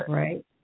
right